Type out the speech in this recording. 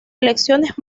elecciones